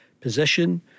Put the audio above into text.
position